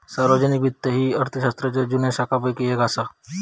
सार्वजनिक वित्त ही अर्थशास्त्राच्या जुन्या शाखांपैकी येक असा